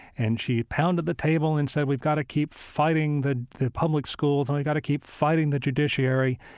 and she pounded the table and said, we've got to keep fighting the the public schools and we've got to keep fighting the judiciary.